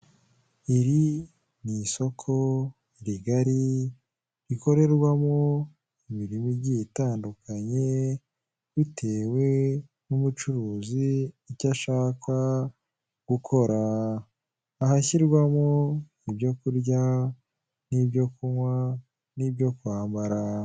Abarwanashyaka b'ishyaka efuperi bafite amabendera mu ntoki barishimye cyane bigaragara ko bari kwamamaza umukandida wabo n'ishya ryabo, bafite amabendera afite amabara ibara ry'umutuku, ibara ry'umweru n'ibara ry'ubururu.